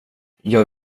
jag